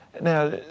Now